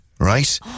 right